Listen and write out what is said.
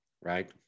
Right